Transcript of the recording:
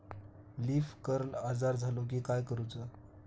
Leaf curl आजार झालो की काय करूच?